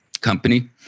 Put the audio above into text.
company